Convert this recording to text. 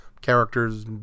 Characters